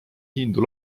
hindu